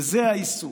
וזה העיסוק,